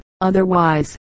otherwise